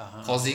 (uh huh)